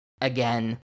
Again